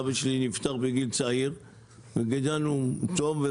אבא שלי נפטר בגיל צעיר וגדלנו טוב.